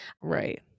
Right